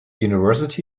university